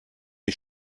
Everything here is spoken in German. wie